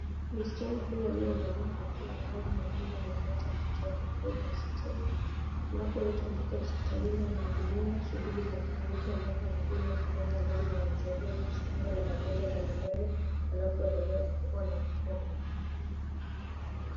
Msichana huyu aliyevalia kofia ya rangi nyekundu amemleta mtoto wake mdogo hospitalini. Unapoleta mtoto hospitalini anahudumiwa shughuli za kliniki ambapo anadungwa sindano ambazo zinamsaidia kujikinga na magonjwa mbalimbali anapoendelea kukua mkubwa.